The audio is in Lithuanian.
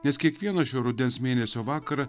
nes kiekvieno šio rudens mėnesio vakarą